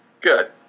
Good